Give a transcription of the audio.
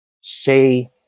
Say